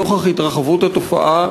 נוכח התרחבות התופעה,